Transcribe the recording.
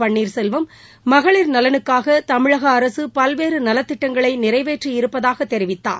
பன்னீர்செல்வம் மகளிர் நலனுக்காக தமிழக அரசு பல்வேறு நலத்திட்டங்களை நிறைவேற்றியிருப்பதாக தெரிவித்தார்